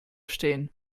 stehen